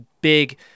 big